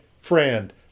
friend